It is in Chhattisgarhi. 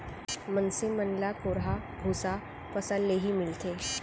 मनसे मन ल कोंढ़ा भूसा फसल ले ही मिलथे